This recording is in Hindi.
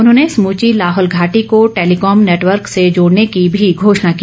उन्होंने समूची लाहौल घाटी को टेलीकॉम नेटवर्क से जोड़ने की भी घोशणा की